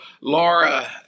Laura